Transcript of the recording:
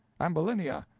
ambulinia,